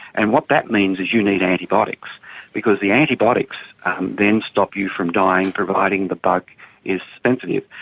and what that means is you need antibiotics because the antibiotics then stop you from dying, providing the bug is sensitive.